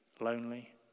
lonely